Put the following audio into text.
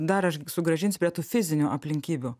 dar aš sugrąžinsiu prie tų fizinių aplinkybių